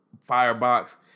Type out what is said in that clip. firebox